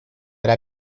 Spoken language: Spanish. era